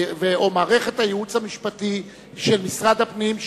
או מערכת הייעוץ המשפטי של משרד הפנים,